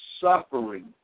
suffering